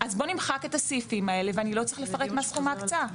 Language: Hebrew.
אז בואו נמחק את הסעיפים האלה ואני לא אצטרך לפרט מה סכום ההקצאה.